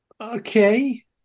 Okay